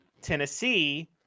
tennessee